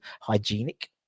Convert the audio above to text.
hygienic